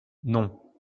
non